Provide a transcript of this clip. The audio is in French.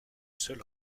seul